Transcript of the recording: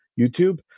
YouTube